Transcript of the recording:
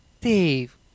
Dave